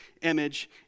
image